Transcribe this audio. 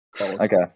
Okay